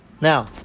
Now